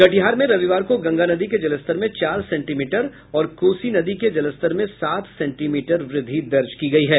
कटिहार में रविवार को गंगा नदी के जलस्तर में चार सेंटीमीटर और कोसी नदी के जलस्तर में सात सेंटीमीटर वृद्धि दर्ज की गयी है